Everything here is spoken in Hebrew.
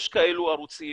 יש כאלה ערוצים.